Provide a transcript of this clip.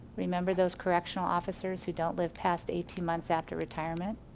remember those correctional officers who don't live past eighteen months after retirement?